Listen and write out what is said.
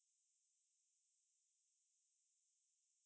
err he decides to be a bodyguard for a nine year old child